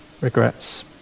regrets